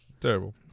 Terrible